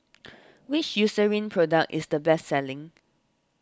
which Eucerin product is the best selling